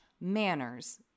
manners